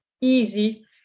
easy